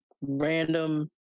random